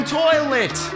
toilet